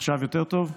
עכשיו יותר טוב?